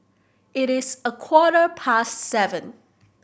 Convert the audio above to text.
it is a quarter past seven